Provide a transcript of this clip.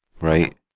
right